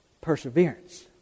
Perseverance